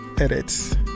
edits